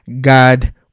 God